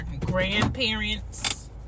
grandparents